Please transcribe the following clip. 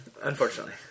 Unfortunately